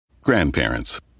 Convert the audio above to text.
Grandparents